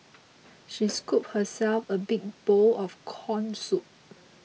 she scooped herself a big bowl of Corn Soup